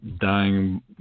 dying